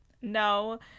No